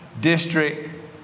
district